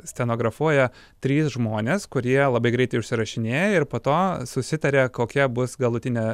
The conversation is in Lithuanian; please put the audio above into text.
stenografuoja trys žmonės kurie labai greitai užsirašinėja ir po to susitaria kokia bus galutinė